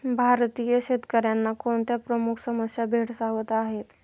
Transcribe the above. भारतीय शेतकऱ्यांना कोणत्या प्रमुख समस्या भेडसावत आहेत?